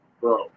Bro